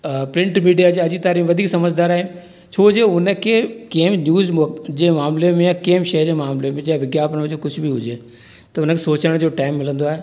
print media जे अॼु जी तारीख़ वॾी समुझदार आहे छो जो हुनखे कीअं बि जे मामले में या कीअं बि शइ जे मामले में विज्ञापन हुजे कुझु बि हुजे त हुनखे सोचण जो टाइम मिलंदो आहे